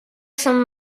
sant